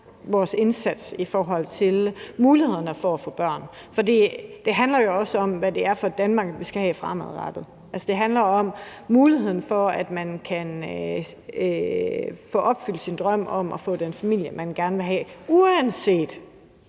vores indsats i forhold til mulighederne for at få børn, for det handler jo også om, hvad det er for et Danmark, vi skal have fremadrettet. Altså, det handler om muligheden for, at man kan få opfyldt sin drøm om at få den familie, man gerne vil have, uanset